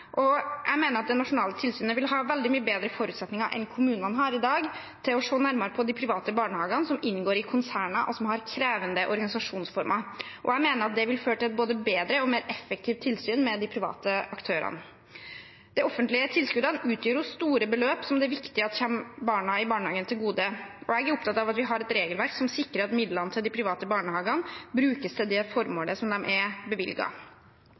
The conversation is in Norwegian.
Jeg mener at det nasjonale tilsynet vil ha veldig mye bedre forutsetninger enn kommunene har i dag til å se nærmere på de private barnehagene som inngår i konserner, og som har krevende organisasjonsformer. Jeg mener det vil føre til et både bedre og mer effektivt tilsyn med de private aktørene. De offentlige tilskuddene utgjør store beløp som det er viktig at kommer barna i barnehagen til gode. Jeg er opptatt av at vi har et regelverk som sikrer at midlene til de private barnehagene brukes til det formålet som de er